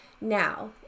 Now